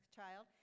child